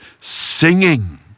singing